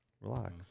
Relax